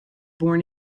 born